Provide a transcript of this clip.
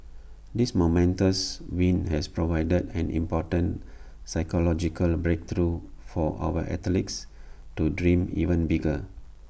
this momentous win has provided an important psychological breakthrough for our athletes to dream even bigger